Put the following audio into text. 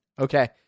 Okay